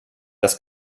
das